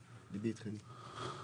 ליבי אתכם.